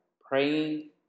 praying